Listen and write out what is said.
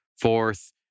Fourth